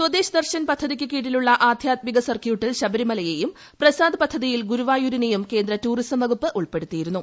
സ്വദേശ് ദർശൻ പദ്ധതിക്ക് കീഴിലുള്ള ആധ്യാത്മിക സർക്യൂട്ടിൽ ശബരിമലയെയും പ്രസാദ് പദ്ധതിയിൽ ഗുരുവായൂരിനെയും കേന്ദ്ര ടൂറിസം വകുപ്പ് ഉൾപ്പെടുത്തിയിരുന്നു